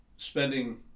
Spending